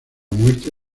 muerte